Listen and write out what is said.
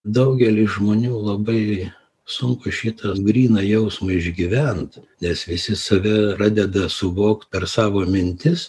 daugeliui žmonių labai sunku šitą gryną jausmą išgyvent nes visi save pradeda suvokt per savo mintis